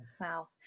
Wow